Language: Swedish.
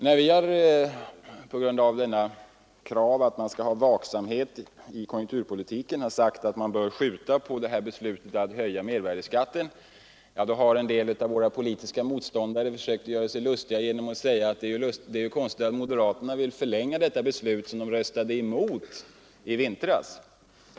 När vi på grund av kravet på vaksamhet i konjunkturpolitiken har sagt att man bör skjuta på beslutet att höja mervärdeskatten, så har en del av våra politiska motståndare försökt göra sig lustiga över det genom att säga att det är konstigt att moderaterna vill skjuta på beslutat datum, när de röstade emot beslutet i vintras.